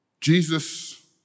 Jesus